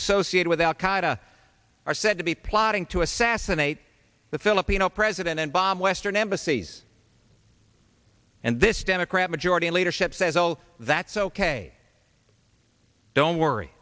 associated with al qaida are said to be plotting to assassinate the filipino president and bomb western embassies and this democrat majority leadership says oh that's ok don't worry